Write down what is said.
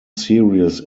serious